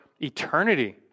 Eternity